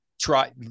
try